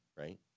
Right